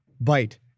Bite